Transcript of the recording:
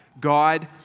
God